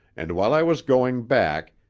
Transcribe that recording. and while i was going back,